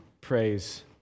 praise